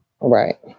Right